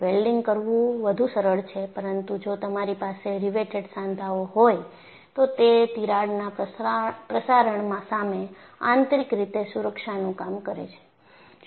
welding કરવું વધુ સરળ છે પરંતુ જો તમારી પાસે રિવેટેડ સાંધાઓ હોય તો તે તિરાડના પ્રસારણ સામે આંતરિક રીતે સુરક્ષાનું કામ કરે છે